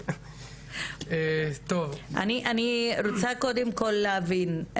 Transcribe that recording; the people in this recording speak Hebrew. אני רוצה קודם כל להבין,